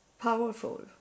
powerful